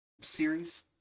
series